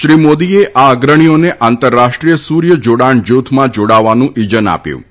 શ્રી મોદીએ આ અગ્રણીઓને આંતરરાષ્ટ્રીય સુર્ય જાડાણ જુથમાં જાડાવાની ઈજન આપ્યું હતું